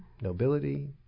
nobility